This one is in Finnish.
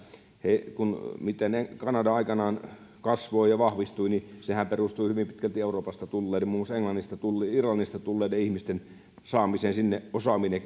se miten kanada aikanaan kasvoi ja vahvistui sehän perustui hyvin pitkälti euroopasta tulleiden muun muassa irlannista tulleiden ihmisten saamiseen sinne osaavine